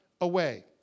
away